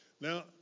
Now